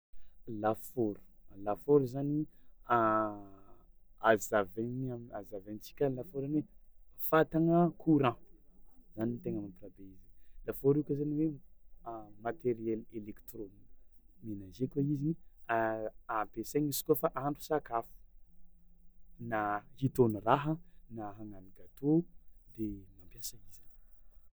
Lafaoro lafaoro zany azavaigny azavaintsika ny lafaoro fatana courant zany no tegna mampirabe izy, lafaoro io koa zany hoe materiel elektromenager koa izigny ampesaigny izy koa ahandro sakafo na hitôgno raha na hagnano gateau de mampiasa izy.